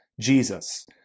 Jesus